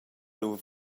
lur